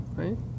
right